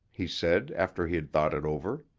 he said after he had thought it over.